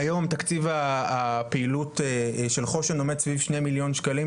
כיום תקציב הפעילות של חוש"ן עומד סביב 2 מיליון שקלים,